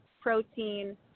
protein